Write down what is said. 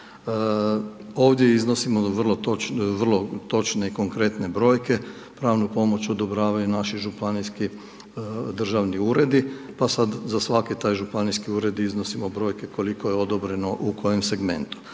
Ovdje iznosimo vrlo točne i konkretne brojke, pravnu pomoć odobravaju naši županijski državni uredi pa sad za svaki taj županijski ured iznosimo brojke koliko je odobreno u kojem segmentu